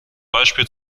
beispiel